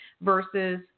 versus